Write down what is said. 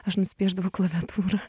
aš nusipiešdavau klaviatūrą